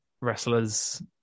wrestlers